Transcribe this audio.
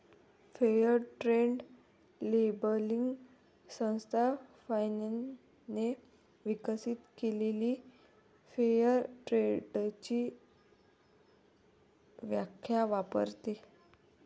fair trade labelling संस्था फाइनने विकसित केलेली फेअर ट्रेडची व्याख्या वापरते